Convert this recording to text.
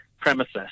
premises